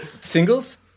Singles